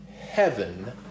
heaven